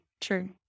true